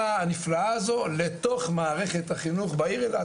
הנפלאה הזו לתוך מערכת החינוך בעיר אילת.